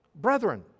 brethren